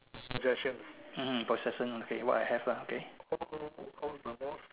hmm possession what I have lah okay